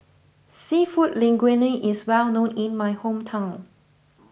Seafood Linguine is well known in my hometown